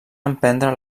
emprendre